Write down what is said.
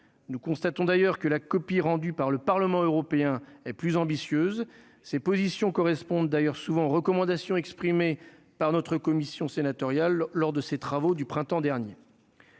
nous constatons d'ailleurs que la copie rendue par le Parlement européen et plus ambitieuse ses positions correspondent d'ailleurs souvent recommandations exprimées par notre commission sénatoriale lors de ces travaux du printemps dernier.